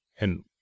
And